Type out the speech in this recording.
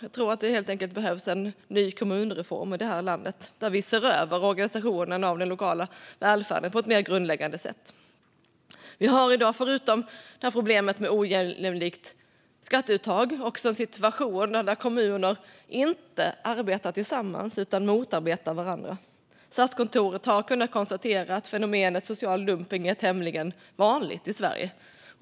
Jag tror helt enkelt att det behövs en ny kommunreform i landet, där vi ser över organisationen av den lokala välfärden på ett mer grundläggande sätt. Vi har i dag, förutom problemet med ett ojämlikt skatteuttag, en situation där kommuner inte arbetar tillsammans utan motarbetar varandra. Statskontoret har kunnat konstatera att fenomenet social dumpning är tämligen vanligt i Sverige.